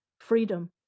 freedom